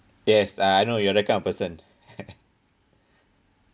yes ah I know you're that kind of person